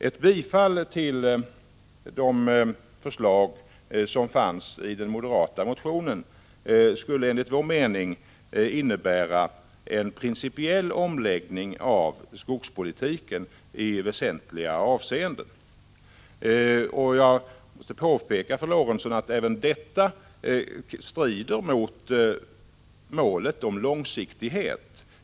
Ett bifall till förslagen i den moderata motionen skulle enligt vår mening innebära en principiell omläggning av skogspolitiken i väsentliga avseenden. Jag måste påpeka för Sven Eric Lorentzon att de moderata förslagen även strider mot målet om långsiktighet.